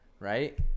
Right